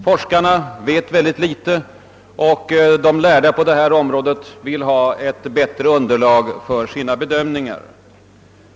Forskarna vet mycket litet, och de lärda på detta område önskar få bättre underlag för sina bedömningar.